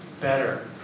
better